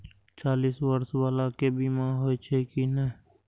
चालीस बर्ष बाला के बीमा होई छै कि नहिं?